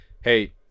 hey